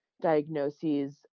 diagnoses